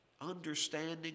understanding